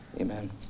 Amen